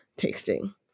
tasting